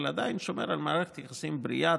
אבל עדיין שומר על מערכת יחסים בריאה,